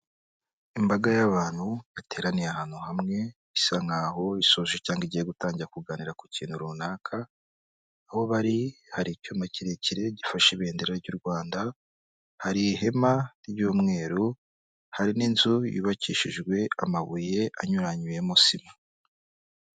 Imbaga y'abantu bateraniye ahantu hamwe isa nk'aho ishoje cyangwa igiye gutangira kuganira ku kintu runaka, aho bari hari icyuma kirekire gifashe ibendera ry'u Rwanda, hari ihema ry'umweru, hari n'inzu yubakishijwe amabuye anyuranyuyemo sima.